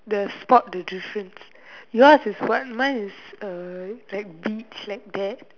the spot the difference yours is what mine is a like beach like that